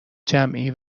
جمعی